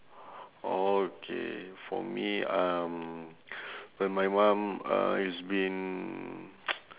okay for me um when my mum uh is being